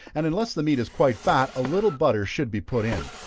and unless the meat is quite fat, a little butter should be put in.